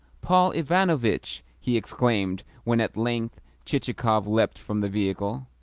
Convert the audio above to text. paul ivanovitch! he exclaimed when at length chichikov leapt from the vehicle.